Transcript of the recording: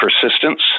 persistence